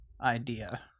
idea